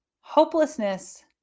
Hopelessness